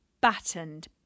battened